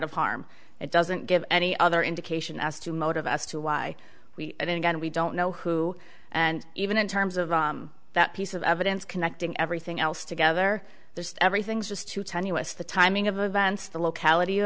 of harm it doesn't give any other indication as to motive as to why we then again we don't know who and even in terms of that piece of evidence connecting everything else together there's everything's just too tenuous the timing of events the locality